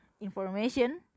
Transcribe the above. information